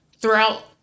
throughout